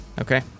Okay